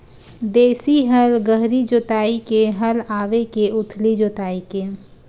देशी हल गहरी जोताई के हल आवे के उथली जोताई के?